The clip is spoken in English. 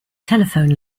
telephone